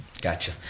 gotcha